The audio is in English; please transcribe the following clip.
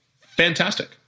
Fantastic